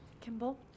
Kimball